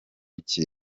kiri